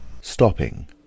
Stopping